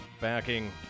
backing